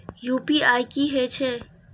UPI की हेछे?